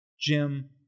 Jim